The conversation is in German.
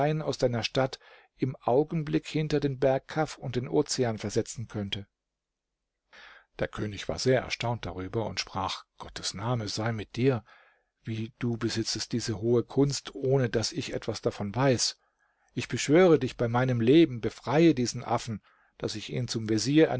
aus deiner stadt im augenblick hinter den berg kaf und den ozean versetzen könnte der könig war sehr erstaunt darüber und sprach gottes name sei mit dir wie du besitztest diese hohe kunst ohne daß ich etwas davon weiß ich beschwöre dich bei meinem leben befreie diesen affen daß ich ihn zum vezier